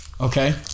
Okay